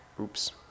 Oops